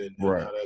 Right